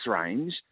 range